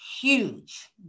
huge